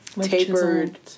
tapered